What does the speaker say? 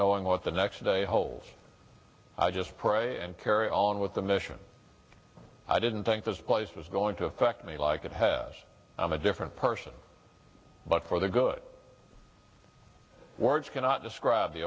knowing what the next day holds i just pray and carry on with the mission i didn't think this place was going to affect me like it has i'm a different person but for the good words cannot describe the